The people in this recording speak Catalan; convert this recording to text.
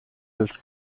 els